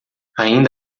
ainda